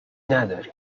نداری